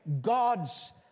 God's